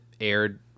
aired